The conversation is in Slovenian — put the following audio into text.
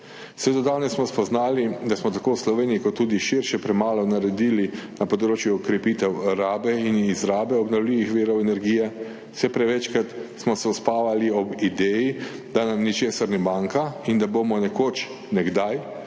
Vse do danes smo spoznali, da smo tako v Sloveniji kot tudi širše premalo naredili na področju okrepitev rabe in izrabe obnovljivih virov energije. Vse prevečkrat smo se uspavali ob ideji, da nam ničesar ne manjka in da bomo nekoč, nekdaj